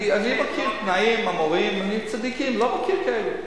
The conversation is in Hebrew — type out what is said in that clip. אני מכיר תנאים, אמוראים, צדיקים, לא מכיר כאלה.